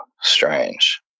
strange